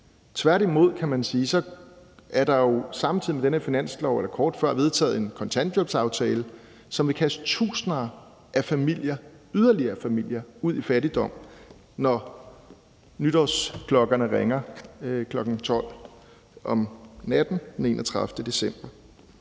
man sige, er der jo samtidig med den her finanslovsaftale eller kort før vedtaget en kontanthjælpsaftale, som vil kaste yderligere tusinder af familier ud i fattigdom, når nytårsklokkerne ringer kl. 12.00 om natten den 31. december.